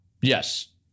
yes